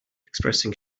expressing